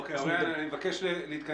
אוקיי, אוריין, אני מבקש להתכנס.